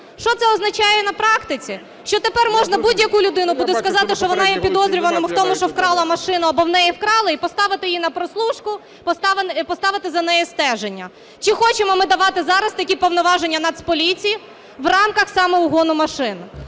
Що це означає на практиці? Що тепер можна будь-яку людину буде сказати, що вона є підозрюваною в тому, що вкрала машину або в неї вкрали і поставити її на прослушку, поставити за нею стеження. Чи хочемо ми давати зараз такі повноваження Нацполіції в рамках саме угону машин?